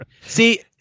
See